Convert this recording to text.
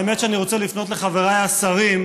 האמת שאני רוצה לפנות לחברי השרים,